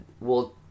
we'll-